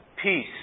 Peace